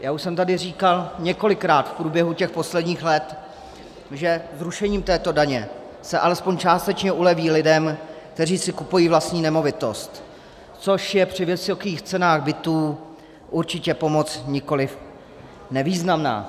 Já už jsem tady říkal několikrát v průběhu těch posledních let, že zrušením této daně se alespoň částečně uleví lidem, kteří si kupují vlastní nemovitost, což je při vysokých cenách bytů určitě pomoc nikoliv nevýznamná.